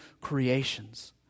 creations